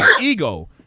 ego